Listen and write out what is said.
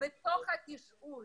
ובתוך התשאול